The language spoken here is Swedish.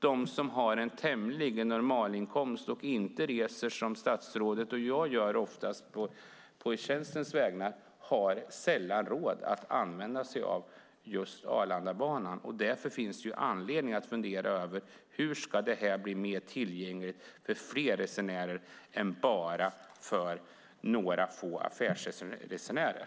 De som har en tämligen normal inkomst och inte reser i tjänsten som statsrådet och jag oftast gör har sällan råd att använda sig av Arlandabanan. Därför finns det anledning att fundera över hur den ska bli mer tillgänglig för fler resenärer än några få affärsresenärer.